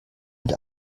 mit